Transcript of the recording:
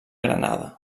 granada